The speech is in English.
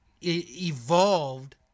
evolved